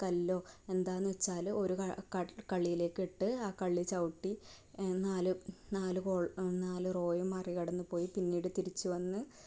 കല്ലോ എന്താണെന്ന് വെച്ചാൽ ഒരു കളളിയിലേക്ക് ഇട്ട് ആ കള്ളി ചവുട്ടി നാല് നാല് കോളമോ നാല് റോയും മറികടന്നു പോയി പിന്നീട് തിരിച്ചുവന്ന്